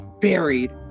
buried